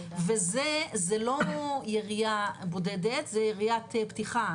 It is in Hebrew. וזה לא ירייה בודדת, זו יריית פתיחה.